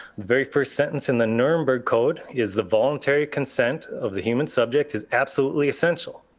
very first sentence in the nuremberg code is the voluntary consent of the human subject is absolutely essential.